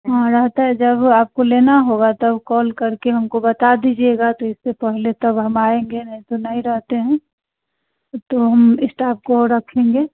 हाँ रहता है जब आपको लेना होगा तब कॉल करके हमको बता दीजिएगा तो इससे पहले तब हम आएँगे ऐसे नहीं रहते हैं तो हम स्टाफ को और रखेंगे